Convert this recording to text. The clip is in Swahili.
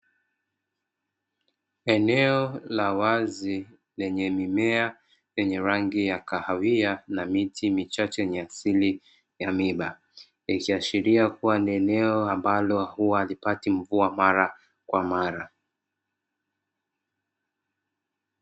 Eneo la wazi lenye mimea yenye rangi ya kahawia na miti michache yenye asili ya miba, likiashiria kuwa ni eneo ambalo huwa halipati mvua mara kwa mara.